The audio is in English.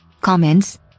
comments